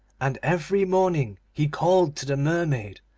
and every morning he called to the mermaid,